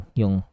yung